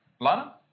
Lana